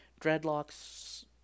Dreadlocks